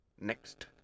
Next